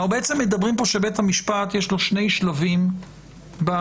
אני בעצם אומרים שלבית המשפט יש שני שלבים במבחן.